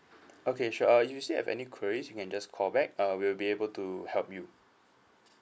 okay sure uh you still have any queries you can just call back uh we'll be able to help you